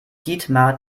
dietmar